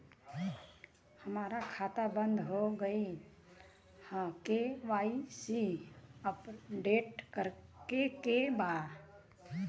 हमार खाता बंद हो गईल ह के.वाइ.सी अपडेट करे के बा?